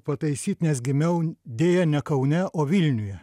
pataisyt nes gimiau deja ne kaune o vilniuje